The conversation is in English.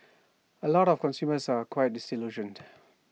A lot of consumers are quite disillusioned